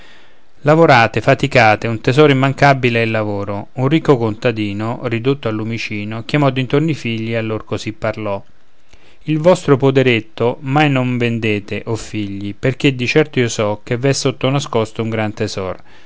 lavorate faticate un tesoro immancabile è il lavoro un ricco contadino ridotto al lumicino chiamò d'intorno i figli e a lor così parlò il vostro poderetto mai non vendete o figli perché di certo io so che v'è sotto nascosto un gran tesor